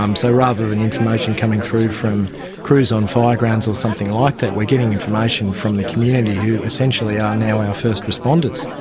um so rather than information coming through from crews on fire groups or something like that, we're getting information from the community who essentially are now our first responders.